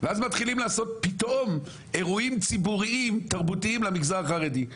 ואז מתחילים לעשות פתאום אירועים ציבוריים תרבותיים למגזר החרדי,